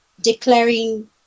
declaring